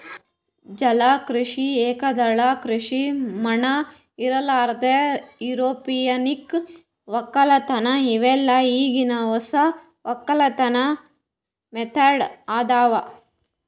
ಜಲ ಕೃಷಿ, ಏಕದಳ ಕೃಷಿ ಮಣ್ಣ ಇರಲಾರ್ದೆ ಎರೋಪೋನಿಕ್ ವಕ್ಕಲತನ್ ಇವೆಲ್ಲ ಈಗಿನ್ ಹೊಸ ವಕ್ಕಲತನ್ ಮೆಥಡ್ ಅದಾವ್